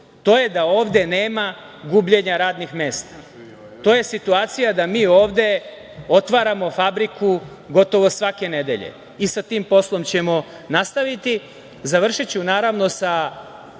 to je da ovde nema gubljenja radnih mesta. To je situacija da mi ovde otvaramo fabriku gotovo svake nedelje i sa tim poslom ćemo nastaviti. Završiću naravno sa